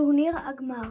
טורניר הגמר